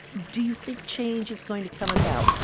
do you think change is going to come about?